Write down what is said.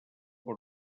per